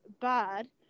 bad